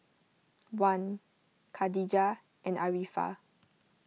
Wan Khadija and Arifa